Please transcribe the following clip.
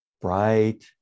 bright